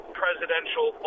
presidential